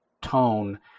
tone